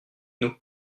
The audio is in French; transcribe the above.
nous